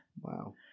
wow